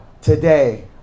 today